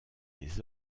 les